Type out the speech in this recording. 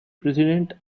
president